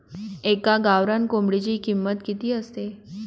एका गावरान कोंबडीची किंमत किती असते?